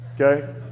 okay